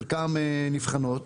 חלקן נבחנות,